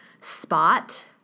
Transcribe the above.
spot